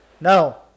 No